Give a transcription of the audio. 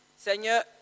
Seigneur